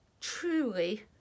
truly